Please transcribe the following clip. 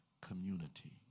community